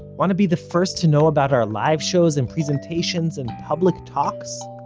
want to be the first to know about our live shows, and presentations and public talks?